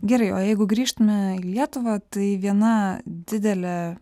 gerai o jeigu grįžtume į lietuvą tai viena didelė